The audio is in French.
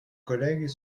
collègues